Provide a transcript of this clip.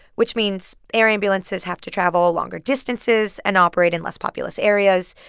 which means air ambulances have to travel ah longer distances and operate in less populous areas,